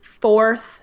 fourth